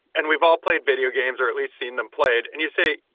and we've all played videogames or at least seen them played and you say,